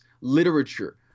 literature